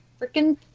freaking